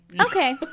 okay